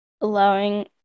Allowing